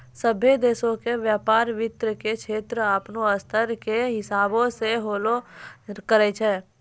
सभ्भे देशो के व्यपार वित्त के क्षेत्रो अपनो स्तर के हिसाबो से होलो करै छै